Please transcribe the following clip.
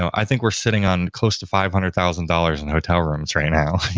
i think we're sitting on close to five hundred thousand dollars in hotel rooms right now.